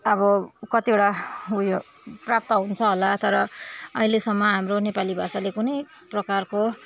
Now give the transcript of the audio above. अब कतिवटा उयो प्राप्त हुन्छ होला तर अहिलेसम्म हाम्रो नेपाली भाषाले कुनै प्ररकारको